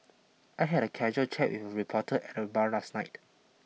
I had a casual chat with a reporter at a bar last night